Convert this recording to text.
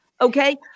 Okay